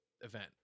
event